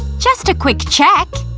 just a quick check!